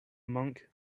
monk